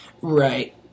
Right